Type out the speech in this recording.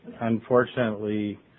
unfortunately